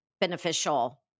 beneficial